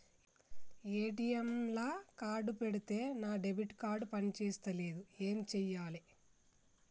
ATM లా card పెడితే నా డెబిట్ కార్డ్ పని చేస్తలేదు ఏం చేయాలే?